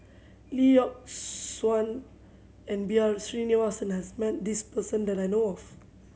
Lee Yock Suan and B R Sreenivasan has met this person that I know of